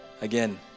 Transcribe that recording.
again